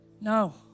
No